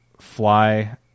fly